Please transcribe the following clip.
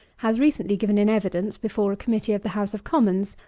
has recently given in evidence, before a committee of the house of commons,